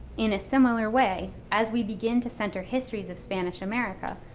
in a similar way, as we begin to center histories of spanish america,